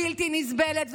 בלתי נסבלת,